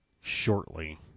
shortly